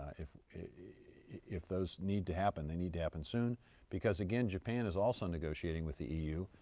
if if those need to happen, they need to happen soon because, again, japan is also negotiation with the eu,